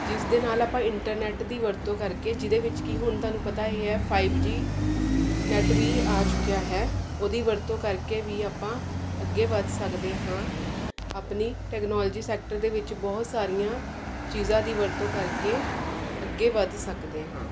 ਜਿਸ ਦੇ ਨਾਲ ਆਪਾਂ ਇੰਟਰਨੈਟ ਦੀ ਵਰਤੋਂ ਕਰਕੇ ਜਿਹਦੇ ਵਿੱਚ ਕੀ ਹੁਣ ਤੁਹਾਨੂੰ ਪਤਾ ਹੀ ਹੈ ਫਾਈਵ ਜੀ ਨੈਟ ਵੀ ਆ ਚੁੱਕਿਆ ਹੈ ਉਹਦੀ ਵਰਤੋਂ ਕਰਕੇ ਵੀ ਆਪਾਂ ਅੱਗੇ ਵੱਧ ਸਕਦੇ ਹਾਂ ਆਪਣੀ ਟੈਕਨੋਲਜੀ ਸੈਕਟਰ ਦੇ ਵਿੱਚ ਬਹੁਤ ਸਾਰੀਆਂ ਚੀਜ਼ਾਂ ਦੀ ਵਰਤੋਂ ਕਰਕੇ ਅੱਗੇ ਵੱਧ ਸਕਦੇ ਹਾਂ